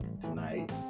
tonight